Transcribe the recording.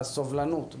בסובלנות,